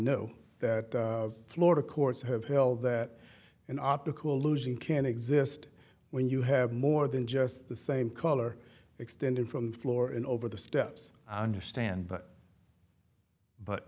know that florida courts have held that an optical illusion can exist when you have more than just the same color extending from the floor and over the steps i understand but